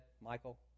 Michael